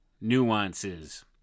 nuances